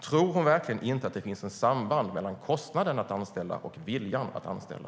Tror hon verkligen inte att det finns ett samband mellan kostnaden att anställa och viljan att anställa?